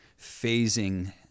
phasing